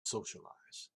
socialize